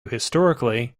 historically